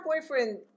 boyfriend